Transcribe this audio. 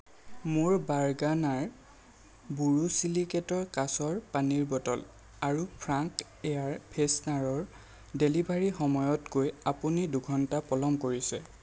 মোৰ বাৰ্গনাৰ বোৰোছিলিকেটৰ কাঁচৰ পানীৰ বটল আৰু ফ্ৰেংক এয়াৰ ফ্ৰেছনাৰৰ ডেলিভাৰীৰ সময়তকৈ আপুনি দুঘণ্টা পলম কৰিছে